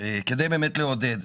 כדי באמת לעודד.